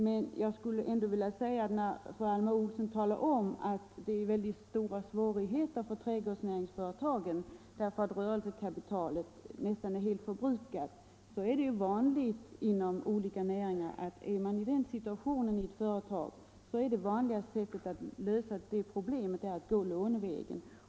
När fru Alma Olsson talar om att trädgårdsnäringsföretagen brottas med stora svårigheter på grund av att deras rörelsekapital är nästan helt förbrukade vill jag säga att det är vanligt inom olika näringar att lösa sådana problem lånevägen.